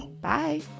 Bye